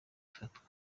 ifatwa